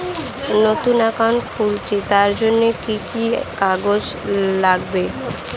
নতুন অ্যাকাউন্ট খুলছি তার জন্য কি কি কাগজ লাগবে?